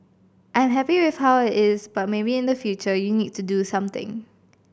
I'm happy with how it is but maybe in the future you need to do something